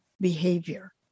behavior